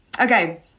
Okay